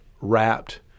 wrapped